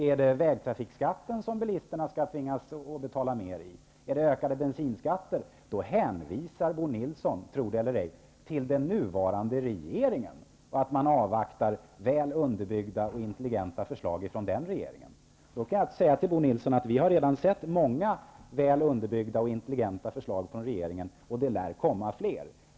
Skall bilisterna tvingas betala mer i vägtrafikskatt eller är det fråga om höjda bensinskatter? Då hänvisar Bo Nilsson -- tro det eller ej! -- till den nuvarande regeringen och säger att man avvaktar väl underbyggda och intelligenta förslag därifrån. Då kan jag säga till Bo Nilsson att vi redan har sett många väl underbyggda och intelligenta förslag från regeringen, och det lär komma fler.